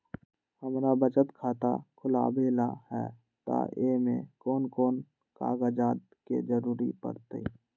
हमरा बचत खाता खुलावेला है त ए में कौन कौन कागजात के जरूरी परतई?